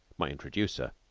my introducer,